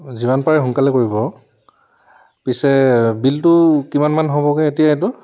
যিমান পাৰে সোনকালে কৰিব আৰু পিছে বিলটো কিমানমান হ'বগৈ এতিয়া এইটো